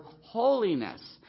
holiness